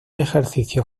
ejercicios